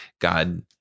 God